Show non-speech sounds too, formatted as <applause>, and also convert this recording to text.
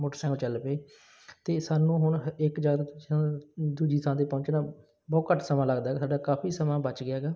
motorcycle ਚੱਲ ਪਏ ਅਤੇ ਸਾਨੂੰ ਹੁਣ ਇੱਕ <unintelligible> ਦੂਜੀ ਥਾਂ 'ਤੇ ਪਹੁੰਚਣਾ ਬਹੁਤ ਘੱਟ ਸਮਾਂ ਲੱਗਦਾ ਸਾਡਾ ਕਾਫੀ ਸਮਾਂ ਬੱਚ ਗਿਆ ਹੈਗਾ